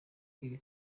iri